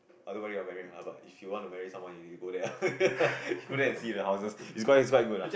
I don't know whether you want to marry her lah but if you want to marry someone you you go there lah you go there and see the houses is is quite good lah